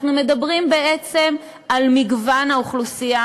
אנחנו מדברים בעצם על מגוון האוכלוסייה,